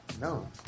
No